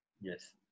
Yes